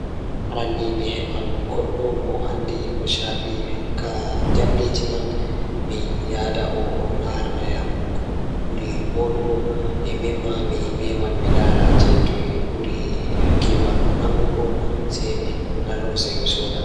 Aranni mi heɓan goɗɗo mo andi So tawii miɗo waɗa yiɗde ngoodi motorgo maa ca, mi waɗataa waawi waɗude fiyaangu e goɗɗo njam. Miɗo waawataa njiddaade jalngal ngal motorgo o waɗaa ɗaɓɓude ndiyam. E hoore ngal fowru, miɗo waawataa waɗude fiyaangu e jalngal goɗɗo goɗɗo, sabu nguurndam ngal rewɓe ngal waɗa.